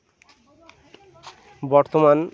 বর্তমান